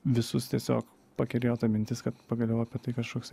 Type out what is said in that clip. visus tiesiog pakerėjo ta mintis kad pagaliau apie tai kašoks